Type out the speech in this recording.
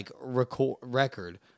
record